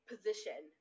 position